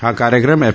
हा कार्यक्रम एफ